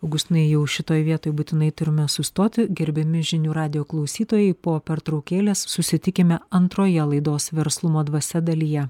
augustinai jau šitoj vietoj būtinai turime sustoti gerbiami žinių radijo klausytojai po pertraukėlės susitikime antroje laidos verslumo dvasia dalyje